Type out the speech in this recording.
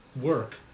work